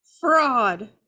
fraud